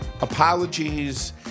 Apologies